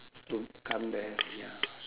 to come there ya